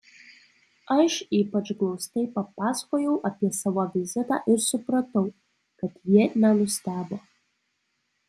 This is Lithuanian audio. aš ypač glaustai papasakojau apie savo vizitą ir supratau kad ji nenustebo